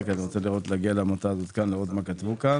אני רוצה לראות מה כתבו כאן.